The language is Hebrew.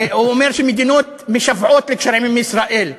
הוא אומר שמדינות משוועות לקשרים עם ישראל.